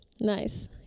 nice